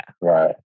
Right